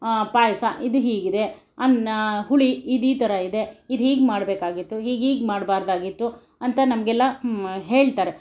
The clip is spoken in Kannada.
ಪಾಯಸ ಇದು ಹೀಗಿದೆ ಅನ್ನ ಹುಳಿ ಇದು ಈ ಥರ ಇದೆ ಇದು ಹೀಗೆ ಮಾಡ್ಬೇಕಾಗಿತ್ತು ಹೀಗೆ ಹೀಗೆ ಮಾಡ್ಬಾರ್ದಾಗಿತ್ತು ಅಂತ ನಮಗೆಲ್ಲ ಹೇಳ್ತಾರೆ